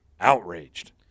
outraged